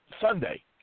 Sunday